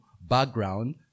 background